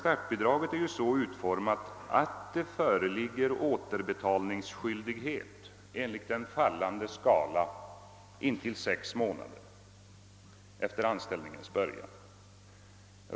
Startbidraget är dock så utformat, att det föreligger återbetalningsskyldighet enligt en fallande skala intill sex månader efter anställningens början.